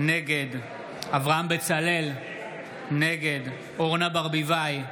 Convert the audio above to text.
נגד אברהם בצלאל, נגד אורנה ברביבאי,